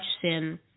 sin